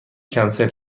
کنسل